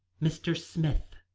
mr. smith,